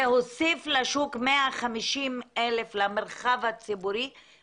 זה הוסיף לשוק ולמרחב הציבורי